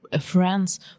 friends